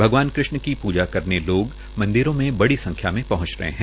भगवान कृष्ण की पूजा करने लोग मंदिरो में बड़ी संख्या में पहंच रहे है